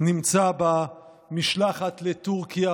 נמצא במשלחת לטורקיה.